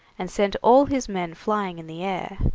and sent all his men flying in the air.